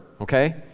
okay